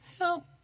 help